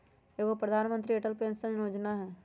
एगो प्रधानमंत्री अटल पेंसन योजना है?